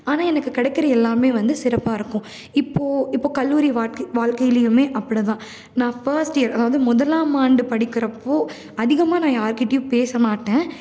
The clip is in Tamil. ஆனால் எனக்கு கிடைக்கிற எல்லாமே வந்து சிறப்பாகருக்கும் இப்போது இப்போது கல்லூரி வாழ்க்கை வாழ்க்கையிலேயுமே அப்படிதான் நான் ஃபஸ்ட் இயர் அதாவது முதலாம் ஆண்டு படிக்கிறப்போது அதிகமாக நான் யார்க்கிட்டேயும் பேச மாட்டேன்